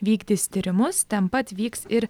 vykdys tyrimus ten pat vyks ir